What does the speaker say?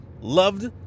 loved